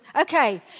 Okay